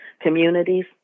communities